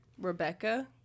Rebecca